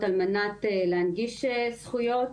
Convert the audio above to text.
הייחוד של הדוח הזה זה שאנחנו מראים את זה מנקודת מבטו של המתלונן.